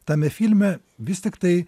tame filme vis tiktai